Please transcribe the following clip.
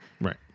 right